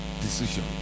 decision